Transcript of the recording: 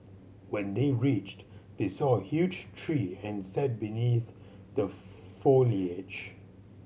when they reached they saw a huge tree and sat beneath the foliage